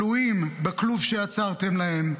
כלואים בכלוב שיצרתם להם,